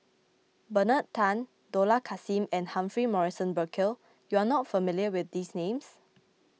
Bernard Tan Dollah Kassim and Humphrey Morrison Burkill you are not familiar with these names